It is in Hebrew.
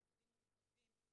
במצבים מורכבים,